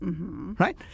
Right